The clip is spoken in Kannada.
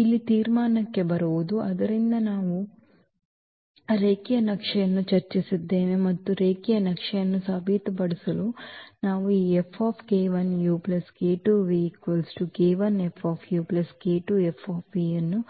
ಇಲ್ಲಿ ತೀರ್ಮಾನಕ್ಕೆ ಬರುವುದು ಆದ್ದರಿಂದ ನಾವು ರೇಖೀಯ ನಕ್ಷೆಯನ್ನು ಚರ್ಚಿಸಿದ್ದೇವೆ ಮತ್ತು ರೇಖೀಯ ನಕ್ಷೆಯನ್ನು ಸಾಬೀತುಪಡಿಸಲು ನಾವು ಈ ಅನ್ನು